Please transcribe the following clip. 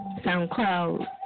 SoundCloud